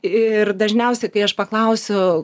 ir dažniausiai kai aš paklausiu